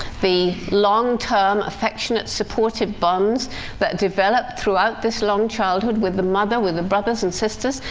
the long-term affectionate supportive bonds that develop throughout this long childhood with the mother, with the brothers and sisters,